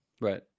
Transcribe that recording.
Right